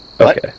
Okay